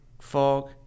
fog